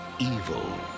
evil